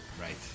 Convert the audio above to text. Right